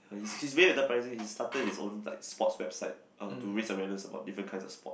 he's he's very enterprising he started his own like sports website uh to raise awareness for different kinds of sport